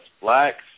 blacks